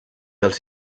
els